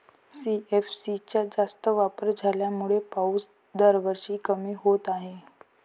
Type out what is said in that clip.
CFC चा जास्त वापर झाल्यामुळे पाऊस दरवर्षी कमी होत आहे